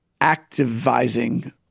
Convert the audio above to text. activizing